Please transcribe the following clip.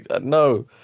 No